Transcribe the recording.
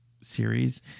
Series